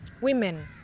Women